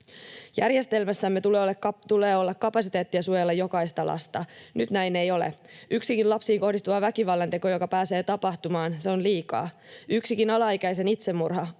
Järjestelmässämme tulee olla kapasiteettia suojella jokaista lasta. Nyt näin ei ole. Yksikin lapsiin kohdistuva väkivallanteko, joka pääsee tapahtumaan, on liikaa. Yksikin alaikäisen itsemurha